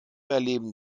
erleben